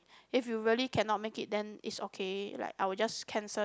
if you really cannot make it then it's okay like I'll just cancel